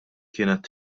kienet